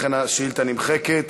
לכן השאילתה נמחקת.